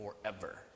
forever